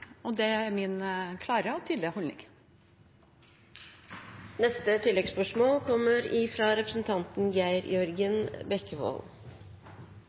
og det er min klare og tydelige